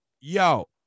Yo